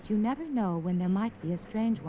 but you never know when there might be a strange